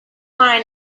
mind